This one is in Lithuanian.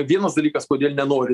vienas dalykas kodėl nenori